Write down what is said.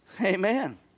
Amen